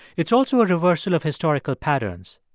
it's also a reversal of historical patterns.